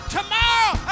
Tomorrow